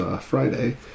Friday